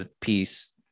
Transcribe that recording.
piece